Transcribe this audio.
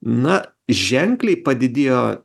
na ženkliai padidėjo